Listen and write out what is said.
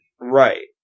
Right